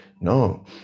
no